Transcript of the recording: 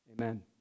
Amen